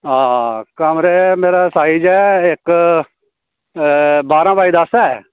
आं कमरा मेरा साईज़ ऐ इक्क बारां बाय दस्स ऐ